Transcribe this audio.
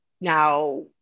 now